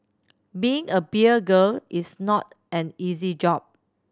being a beer girl is not an easy job